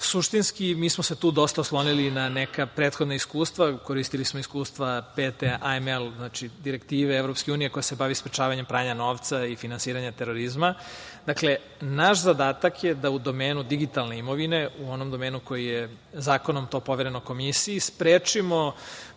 Suštinski, mi smo se tu dosta oslonili na neka prethodna iskustva, koristili smo iskustva PT-AML, direktive EU koja se bavi sprečavanjem pranja novca i finansiranja terorizma. Dakle, naš zadatak je da u domenu digitalne imovine, u onom domenu koji je zakonom to povereno Komisiji, sprečimo